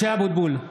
(קורא בשמות חברי הכנסת) משה אבוטבול,